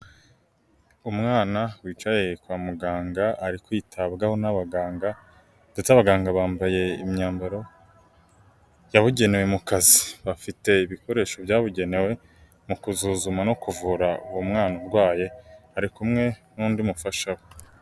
Umwana wicaye kwa muganga, ari kwitabwaho n'abaganga, ndetse abaganga bambaye imyambaro yabugenewe mu kazi. Bafite ibikoresho byabugenewe mu kuzuzuma no kuvura uwo mwana urwaye, ari kumwe n'undi mufasha we.